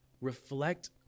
reflect